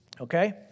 Okay